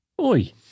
Oi